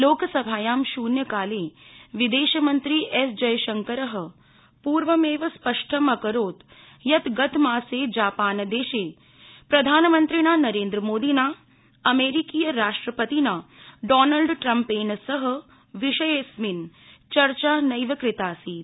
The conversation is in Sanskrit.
लोकसभायां शून्यकाले विदेशमंत्री एसजयशंकर पूर्वमेव स्पष्टं अकरोत् यत् गतमासे जापानदेशे प्रधानमन्त्रिणा नरेन्द्रमादिना अमेरीकीय राष्ट्रपतिना डानल्डट्रम्पेण सह विषयेऽस्मिन् चर्चा नैव कृताऽसीत्